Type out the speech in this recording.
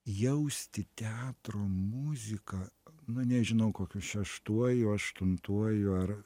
jausti teatro muziką na nežinau kokiu šeštuoju aštuntuoju ar